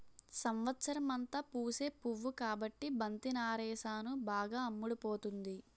సంవత్సరమంతా పూసే పువ్వు కాబట్టి బంతి నారేసాను బాగా అమ్ముడుపోతుంది